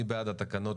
מי בעד התקנות?